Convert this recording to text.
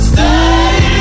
Stay